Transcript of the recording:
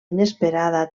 inesperada